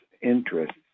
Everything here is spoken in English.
interests